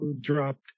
dropped